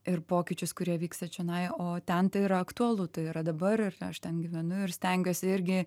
ir pokyčius kurie vyksta čionai o ten tai yra aktualu tai yra dabar ir aš ten gyvenu ir stengiuosi irgi